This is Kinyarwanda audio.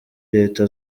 leta